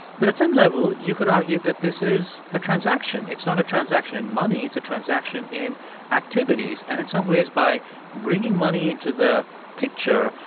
but at some level, you could argue that this is a transaction. it's not a transaction in money. it's a transaction in activities. and in some ways, by bringing money into the picture,